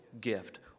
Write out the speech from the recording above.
gift